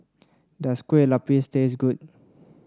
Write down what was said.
does Kue Lupis taste good